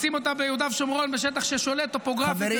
לשים אותה ביהודה ושומרון בשטח ששולט טופוגרפית